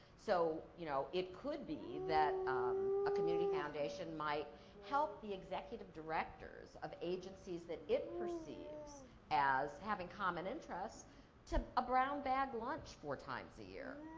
so, you know, it could be that a community foundation might help the executive directors of agencies that it perceives as having common interests to a brown bag lunch four times a year.